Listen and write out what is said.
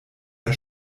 der